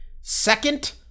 second